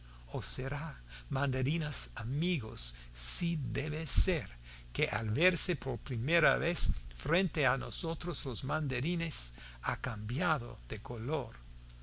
o será mandarines amigos sí debe ser que al verse por primera vez frente a nosotros los mandarines ha cambiado de color